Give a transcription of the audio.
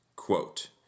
quote